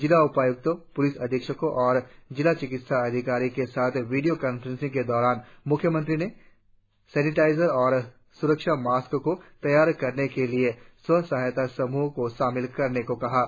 जिला उपाय्क्तो प्लिस अधीक्षको और जिला चिकित्या अधिकारी के साथ वीडिओ कांफ्रेंसिंग के दौरान म्ख्यमंत्री ने सेनेटाइजर और स्रक्षा मास्क को तैयार करने के लिए स्व सहायता समूहो को शामिल करने को कहा है